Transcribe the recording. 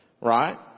right